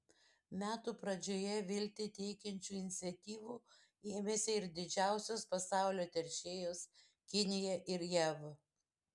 metų pradžioje viltį teikiančių iniciatyvų ėmėsi ir didžiausios pasaulio teršėjos kinija ir jav